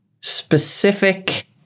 specific